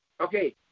okay